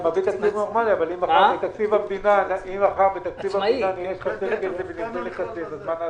אם מחר בתקציב המדינה נראה שחסר כסף, מה נעשה?